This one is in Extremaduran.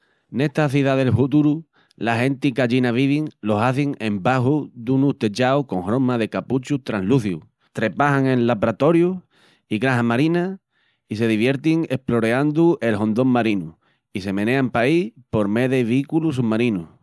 Nesta cidá del huturu las genti qu'allina vivin lo hazin embaxu dunus techaus con horma de capuchus trasluzíus, trebajan en labratorius i granjas marinas, i se divertin esploreandu el hondón marinu i se menean paí por mé de vículus sumarinus.